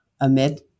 amid